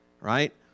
Right